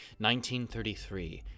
1933